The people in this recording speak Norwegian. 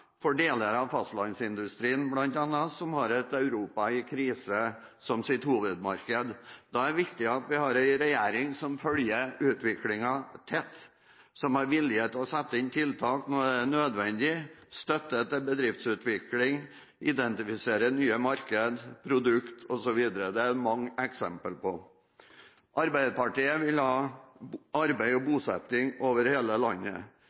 for deler av fastlandsindustrien, bl. a., som har et Europa i krise som sitt hovedmarked. Da er det viktig at vi har en regjering som følger utviklingen tett, som har vilje til å sette inn tiltak når det er nødvendig, støtte til bedriftsutvikling, identifisere nye markeder, produkter osv. Det er det mange eksempler på. Arbeiderpartiet vil ha arbeid og bosetting over hele landet.